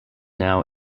now